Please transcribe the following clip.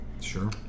Sure